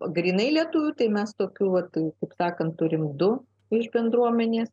grynai lietuvių tai mes tokių vat kaip sakant turim du iš bendruomenės